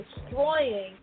destroying